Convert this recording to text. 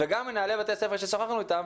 גם מנהלי בתי הספר ששוחחנו אותם,